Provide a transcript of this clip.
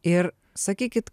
ir sakykit